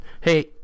Hey